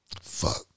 Fuck